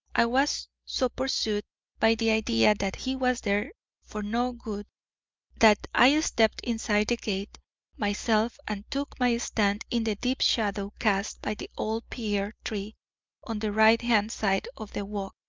i was so pursued by the idea that he was there for no good that i stepped inside the gate myself and took my stand in the deep shadow cast by the old pear tree on the right-hand side of the walk.